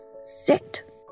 sit